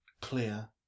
Clear